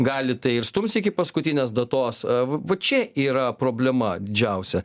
gali tai ir stums iki paskutinės datos va čia yra problema didžiausia